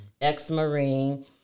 ex-Marine